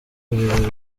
huriro